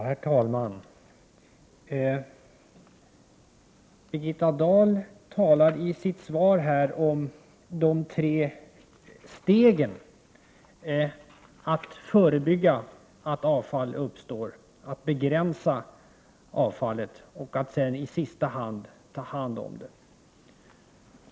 Herr talman! Birgitta Dahl talar i sitt svar om de tre stegen: att förebygga att avfall uppstår, att begränsa avfallet och att, i sista hand, ta hand om det.